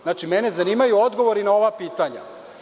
Znači, mene zanimaju odgovori na ova pitanja.